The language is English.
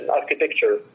architecture